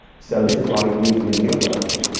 so this is where we could use renewable energy.